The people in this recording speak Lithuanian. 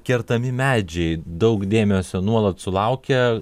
kertami medžiai daug dėmesio nuolat sulaukia